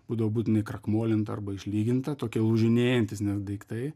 būdavo būtinai krakmolinta arba išlyginta tokia lūžinėjantys ne daiktai